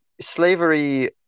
Slavery